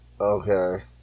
okay